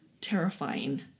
terrifying